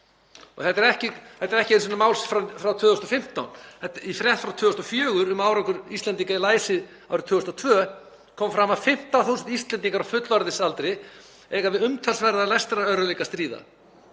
Þetta er ekki einu sinni mál frá 2015 því í frétt frá 2004 um árangur Íslendinga í læsi árið 2002 kemur fram að 15.000 Íslendingar á fullorðinsaldri eigi við umtalsverða lestrarörðugleika að stríða